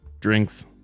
drinks